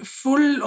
full